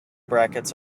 brackets